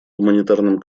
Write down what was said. гуманитарным